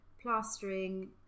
plastering